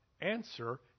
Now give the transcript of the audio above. answer